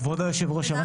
כבוד היושבת ראש שרן,